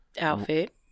outfit